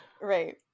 Right